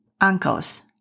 uncles